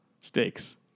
stakes